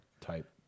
type